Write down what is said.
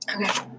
okay